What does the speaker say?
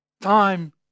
time